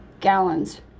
gallons